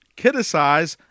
criticize